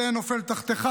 זה נופל תחתיך.